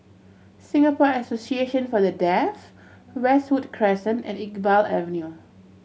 Singapore Association For The Deaf Westwood Crescent and Iqbal Avenue